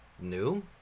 New